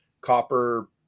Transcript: copper